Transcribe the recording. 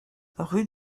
rue